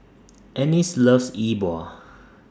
Ennis loves Yi Bua